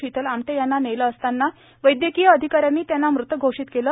शीतल आमटे यांना नेले असता वैद्यकीय अधिकाऱ्यांनी त्यांना मृत घोषित केले